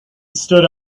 stood